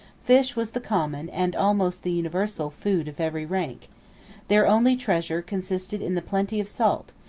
fish was the common, and almost the universal, food of every rank their only treasure consisted in the plenty of salt,